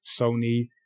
Sony